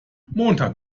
montag